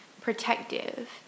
protective